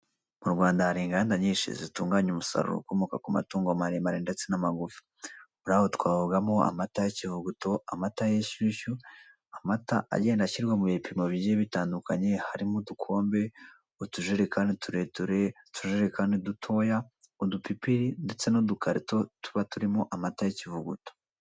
Mu Rwanda hari inganda nyinshi zitunganya umusaruro ukomoka ku matungo maremare ndetse n'amagufi, muri aho twavugamo amata y'ikivuguto, amata y'inshyushyu, amata agenda ashyirwa mu bipimo bigiye bitandukanye harimo udukombe, utujerekani tureture, utujurirekani dutoya, udupipiri ndetse n'udukarito tuba turimo amata y'ikivuguto.